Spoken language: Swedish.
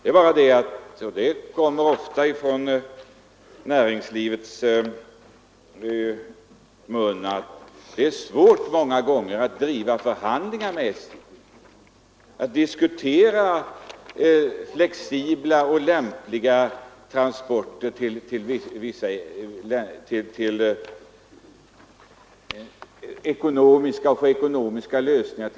Det är bara det — och det framhålls ofta från näringslivets talesmän — att det många gånger är så svårt att föra förhandlingar med SJ, att diskutera flexibla och lämpliga transporter och att komma överens om ekonomiska lösningar.